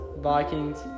Vikings